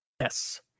Yes